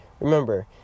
remember